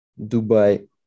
Dubai